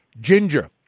Ginger